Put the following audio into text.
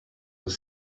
were